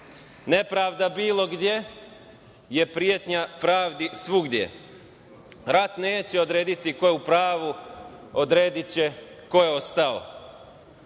Nepravda bilo gde je pretnja pravdi svugde. Rat neće odrediti ko je u pravu, odrediće ko je ostao. Zato